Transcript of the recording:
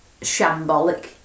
shambolic